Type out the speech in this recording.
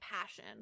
passion